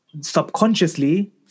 subconsciously